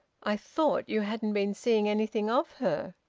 i thought you hadn't been seeing anything of her,